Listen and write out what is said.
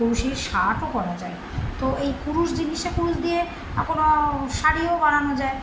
কুরুষের শার্টও করা যায় তো এই কুরুষ জিনিসটা কুরুষ দিয়ে এখনো শাড়িও বানানো যায়